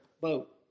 boat